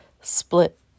split